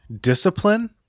Discipline